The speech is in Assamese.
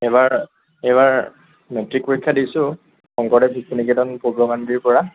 এইবাৰ এইবাৰ মেট্ৰিক পৰীক্ষা দিছোঁ শংকৰদেৱ শিশু নিকেতন পৰা